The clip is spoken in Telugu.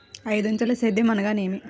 ఐదంచెల సేద్యం అనగా నేమి?